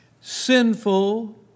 sinful